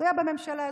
תלויה בממשלה,